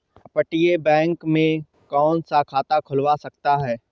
अपतटीय बैंक में कौन खाता खुलवा सकता है?